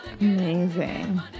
amazing